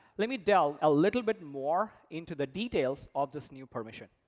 let me delve a little bit more into the details of this new permission.